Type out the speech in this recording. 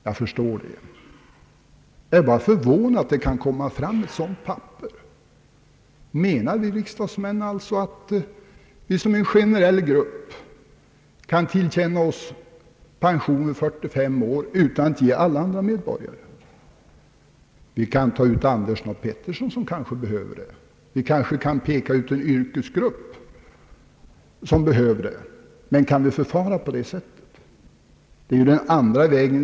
Jag var förvånad över att det kan komma fram ett sådant papper. Menar vi riksdagsmän alltså att vi som en generell grupp kan tillerkänna oss pension vid 45 års ålder utan att ge alla medborgare samma förmån? Vi kan ta ut Andersson och Pettersson, som kanske behöver det. Vi kanske kan peka ut en yrkesgrupp som behöver det. Men kan vi förfara på det sättet för hela vårt kollektiv?